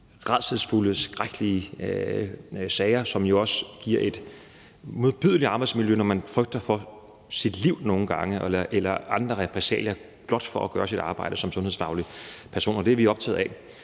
rædselsfulde, skrækkelige sager, som jo også giver et modbydeligt arbejdsmiljø, når man nogle gange frygter for sit liv eller andre repressalier blot for at gøre sit arbejde som sundhedsfaglig person. Det er vi optaget af.